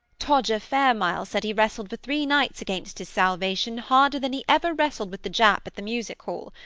todger fairmile said he wrestled for three nights against his salvation harder than he ever wrestled with the jap at the music hall.